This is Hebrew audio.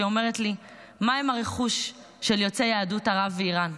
והיא אומרת לי: מה עם הרכוש של יוצאי יהדות ערב ואיראן?